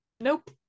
Nope